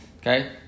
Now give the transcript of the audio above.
Okay